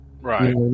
right